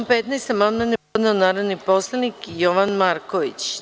15. amandman je podneo narodni poslanik Jovan Marković.